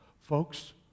Folks